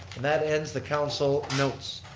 and that ends the council notes.